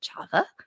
Java